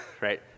right